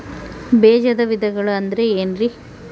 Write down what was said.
ಬೇಜದ ವಿಧಗಳು ಅಂದ್ರೆ ಏನ್ರಿ?